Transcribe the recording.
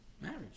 marriage